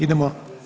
Idemo